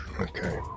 Okay